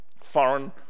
foreign